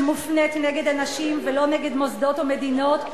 שמופנית נגד אנשים ולא נגד מוסדות או מדינות,